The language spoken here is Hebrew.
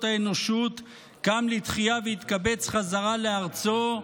האנושות קם לתחייה והתקבץ חזרה לארצו,